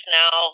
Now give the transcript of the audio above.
now